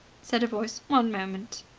said a voice. one moment!